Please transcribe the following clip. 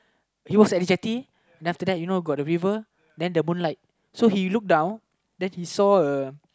he was at a jetty then after that you know got the river then the moonlight so he look down then he saw a